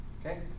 okay